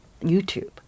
YouTube